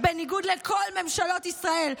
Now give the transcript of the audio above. בניגוד לכל ממשלות ישראל,